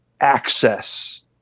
access